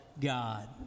God